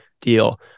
deal